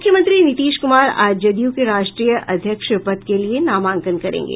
मुख्यमंत्री नीतीश कुमार आज जदयू के राष्ट्रीय अध्यक्ष पद के लिए नामांकन करेंगे